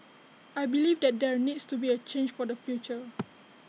I believe that there needs to be change for the future